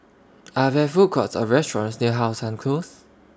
Are There Food Courts Or restaurants near How Sun Close